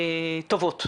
טובות.